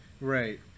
Right